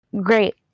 great